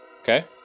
Okay